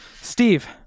Steve